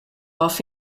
off